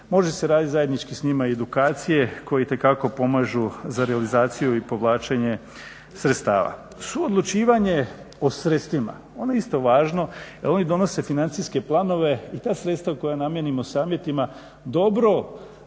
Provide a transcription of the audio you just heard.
može se raditi zajednički s njima i edukacije koje itekako pomažu za realizaciju i povlačenje sredstava. Suodlučivanje o sredstvima. Ono je isto važno, jer oni donose financijske planove i ta sredstva koja namijenimo Savjetima dobro